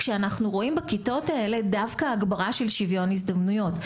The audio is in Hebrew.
כשאנחנו רואים בכיתות האלה דווקא הגברה של שוויון הזדמנויות.